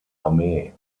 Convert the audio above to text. armee